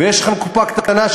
ויש לכם קופה של האוצר,